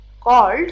called